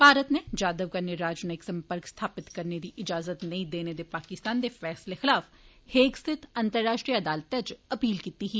भारत नै जाधव कन्नै राजनयिक सम्पर्क स्थापित करने दी इजाज़त नेई देने दे पाकिस्तान दे फैसले खिलाफ देग स्थित अंतराष्ट्रीय अदालतै इच अपील कीती ही